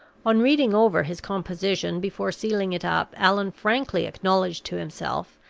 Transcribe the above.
on reading over his composition before sealing it up, allan frankly acknowledged to himself,